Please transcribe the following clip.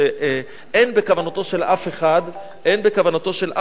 שאין בכוונתו של אף אחד לפגוע,